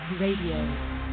Radio